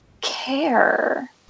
care